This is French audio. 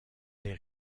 les